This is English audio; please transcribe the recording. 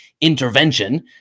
intervention